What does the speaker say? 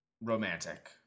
romantic